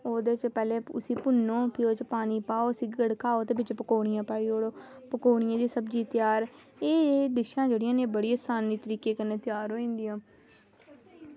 ओह्दे च पैह्लें उसी भुन्नो ओह्दे च पाओ ते गड़काओ ते ओह्दे च पकौड़ियां पाइयै पाई ओड़ो ते पकौड़ियें दी सब्ज़ी त्यार ते भी डिशां जेह्ड़ियां न एह् बड़ी आसानी कन्नै त्यार होई जंदियां न